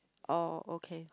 oh okay